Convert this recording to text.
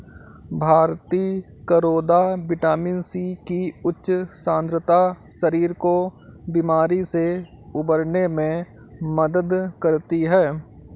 भारतीय करौदा vitamin C की उच्च सांद्रता शरीर को बीमारी से उबरने में मदद करती है